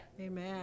Amen